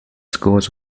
scores